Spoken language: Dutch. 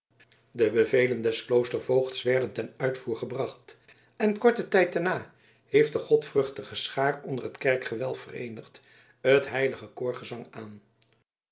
de bevelen des kloostervoogds werden ten uitvoer gebracht en korten tijd daarna liet de godvruchtige schaar onder het kerkgewelf vereenigd het heilige koorgezang aan